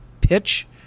pitch